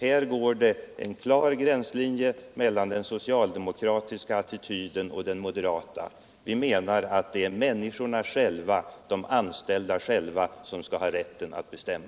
Här går det en klar gränslinje mellan den socialdemokratiska attityden och den moderata. Vi menar att det är människorna själva, de anställda, som skall ha rätten att bestämma.